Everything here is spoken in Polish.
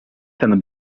ten